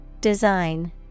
Design